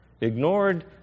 ignored